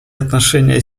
отношения